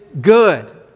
good